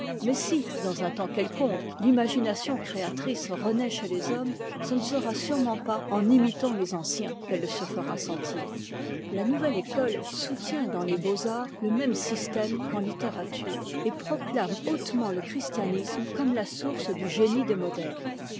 mais si dans un temps quelconque l'imagination créatrice renaît chez les hommes ce ne sera sûrement pas en imitant les anciens qu'elle se fera sentir la nouvelle école soutient dans les beaux-arts le même système qu'en littérature et proclame hautement le christianisme comme la source du génie des modernes